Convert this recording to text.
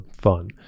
fun